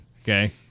Okay